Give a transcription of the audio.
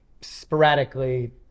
sporadically